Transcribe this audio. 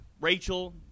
Rachel